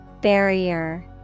Barrier